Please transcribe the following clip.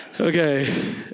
Okay